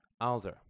Alder